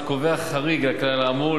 קובע חריג לכלל האמור,